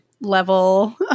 level